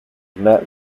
met